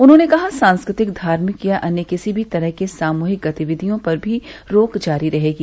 उन्होंने कहा सांस्कृतिक धार्मिक या अन्य किसी भी तरह की सामूहिक गतिविधि पर भी रोक जारी रहेगी